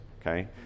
Okay